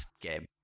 game